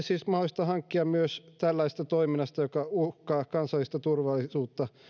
siis mahdollista hankkia myös tällaisesta toiminnasta joka uhkaa kansallista turvallisuutta